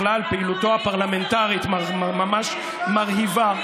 בכלל פעילותו הפרלמנטרית ממש מרהיבה,